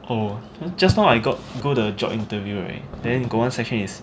oh then just now I go go the job interview right then got one session is